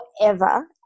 forever